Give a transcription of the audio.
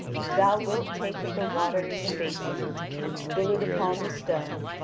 if thou wilt take of the water in the basin and spill it upon the stone,